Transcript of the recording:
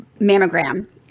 mammogram